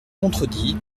contredit